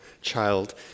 child